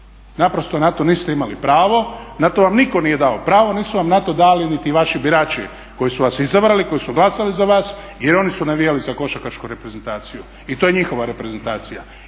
Naprosto na to niste imali pravo, na to vam nitko nije dao pravo, nisu vam na to dali niti vaši birači koji su vas izabrali i koji su glasali za vas jer i oni su navijali za košarkašku reprezentaciju i to je njihova reprezentacija.